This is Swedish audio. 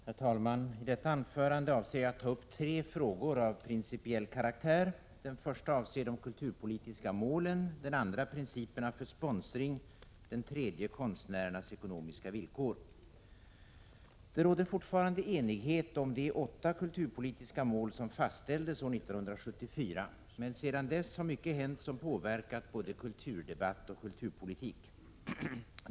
Herr talman! I detta anförande avser jag att ta upp tre frågor av principiell karaktär. Den första avser de kulturpolitiska målen, den andra principerna för sponsring, den tredje konstnärernas ekonomiska villkor. Det råder fortfarande enighet om de åtta kulturpolitiska mål som fastställdes år 1974. Men sedan dess har mycket hänt som påverkat både kulturdebatt och kulturpolitik.